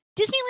Disneyland